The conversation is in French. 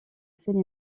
seine